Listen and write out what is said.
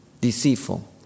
Deceitful